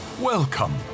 Welcome